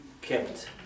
kept